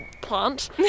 plant